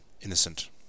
innocent